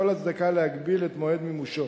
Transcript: ואין כל הצדקה להגביל את מועד מימושו.